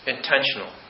Intentional